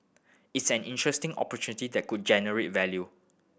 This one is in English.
it's an interesting opportunity that could generate value